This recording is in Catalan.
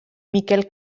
miquel